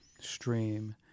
stream